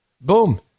Boom